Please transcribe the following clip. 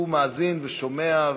הוא מאזין ושומע,